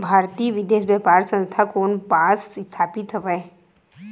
भारतीय विदेश व्यापार संस्था कोन पास स्थापित हवएं?